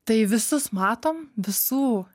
tai visus matom visų